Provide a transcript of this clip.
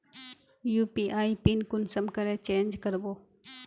UPI PIN कुंसम करे change करबो?